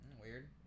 Weird